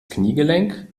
kniegelenk